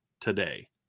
today